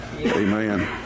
Amen